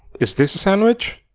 is this a sandwich?